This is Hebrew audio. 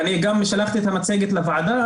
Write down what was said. אני גם שלחתי את המצגת לוועדה,